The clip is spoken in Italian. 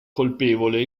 colpevole